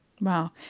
Wow